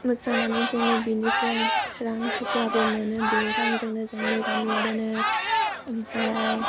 मोसानानै जोङो बेनिफ्राय रां थफ्लाबो मोनो बे रांजोंनो जों गामियाव दोनो ओमफ्राय